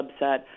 subset